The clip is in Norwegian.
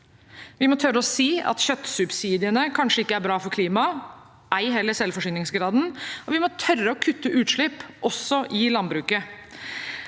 vi må tørre å si at kjøttsubsidiene kanskje ikke er bra for klimaet, ei heller for selvforsyningsgraden, og vi må tørre å kutte utslipp også i landbruket.